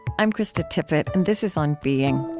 i'm krista tippett, and this is on being.